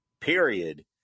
period